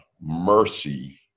mercy